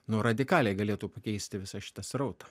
nu radikaliai galėtų pakeisti visą šitą srautą